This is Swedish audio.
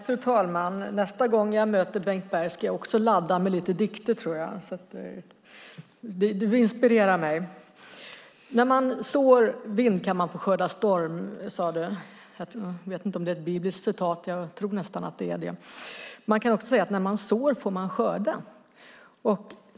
Fru talman! Nästa gång jag möter Bengt Berg ska jag också ladda med lite dikter. Du inspirerar mig. När man sår vind får man skörda storm, sade du. Jag vet inte om det är ett bibliskt citat; jag tror nästan det. Man kan också säga: När man sår får man skörda.